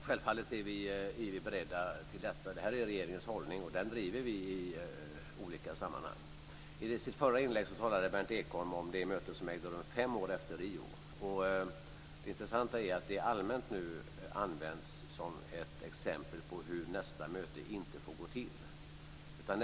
Fru talman! Självfallet är vi beredda till detta. Det här är ju regeringens hållning och den driver vi i olika sammanhang. I sitt förra inlägg talade Berndt Ekholm om det möte som ägde rum fem år efter Rio. Det intressanta är att det allmänt nu används som ett exempel på hur nästa möte inte får gå till.